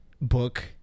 book